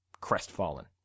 crestfallen